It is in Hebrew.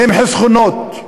הן חסכונות.